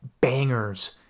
bangers